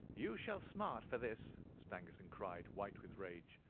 you shall smart for this! stangerson cried, white with rage.